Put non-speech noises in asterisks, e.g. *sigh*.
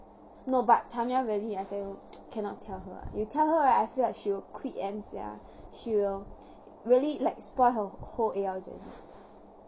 no but tamya really I tell you *noise* cannot tell her you tell her ah I feel like she'll quit M sia she will really like spoil her whole A_L journey